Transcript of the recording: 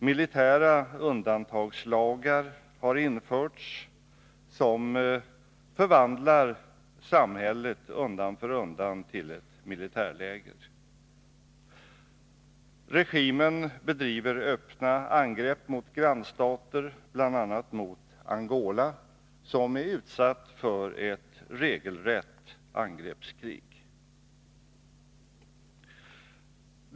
Militära undantagslagar har införts, som undan för undan förvandlar samhället till ett militärläger. Regimen företar öppna angrepp mot grannstater, bl.a. mot Angola som är utsatt för ett regelrätt angreppskrig.